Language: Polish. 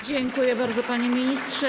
Dziękuję bardzo, panie ministrze.